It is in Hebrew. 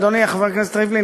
אדוני חבר הכנסת ריבלין,